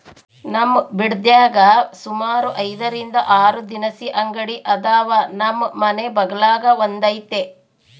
ನಮ್ ಬಿಡದ್ಯಾಗ ಸುಮಾರು ಐದರಿಂದ ಆರು ದಿನಸಿ ಅಂಗಡಿ ಅದಾವ, ನಮ್ ಮನೆ ಬಗಲಾಗ ಒಂದೈತೆ